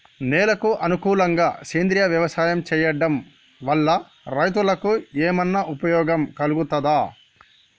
నేలకు అనుకూలంగా సేంద్రీయ వ్యవసాయం చేయడం వల్ల రైతులకు ఏమన్నా ఉపయోగం కలుగుతదా?